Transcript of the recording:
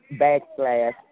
backslash